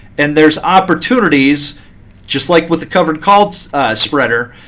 and there's opportunities just like with the covered calls spreader,